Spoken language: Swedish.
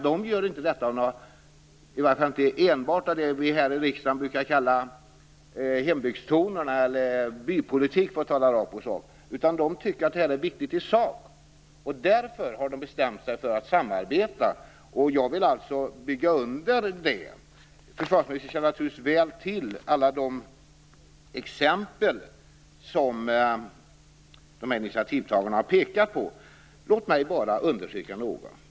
De gör inte detta, åtminstone inte enbart, utifrån det vi här i riksdagen brukar tala om som hembygdstoner eller, för att tala rakt på sak, på grund av bypolitik. De tycker att det här är viktigt i sak, och därför har de bestämt sig för att samarbeta. Jag vill bygga under det. Försvarsministern känner naturligtvis väl till alla de exempel som initiativtagarna har pekat på. Låt mig bara understryka några.